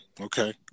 okay